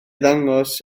ddangos